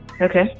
Okay